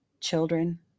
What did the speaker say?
children